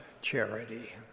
charity